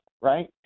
right